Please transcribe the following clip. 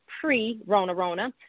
pre-rona-rona